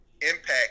impact